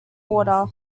water